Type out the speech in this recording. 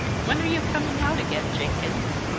when are you coming out again, jenkins?